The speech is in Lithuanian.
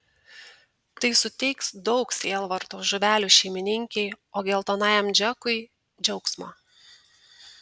tai suteiks daug sielvarto žuvelių šeimininkei o geltonajam džekui džiaugsmo